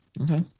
Okay